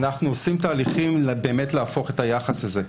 אנחנו עושים תהליכים באמת להפוך את היחס הזה,